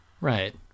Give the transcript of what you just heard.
Right